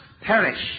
perish